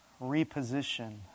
reposition